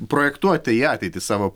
projektuot tai į ateitį savo